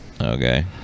Okay